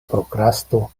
prokrasto